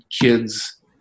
kids